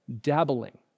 dabbling